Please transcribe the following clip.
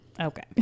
Okay